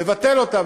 לבטל אותה,